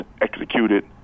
executed